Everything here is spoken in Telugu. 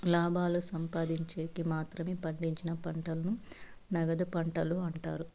లాభాలను సంపాదిన్చేకి మాత్రమే పండించిన పంటలను నగదు పంటలు అంటారు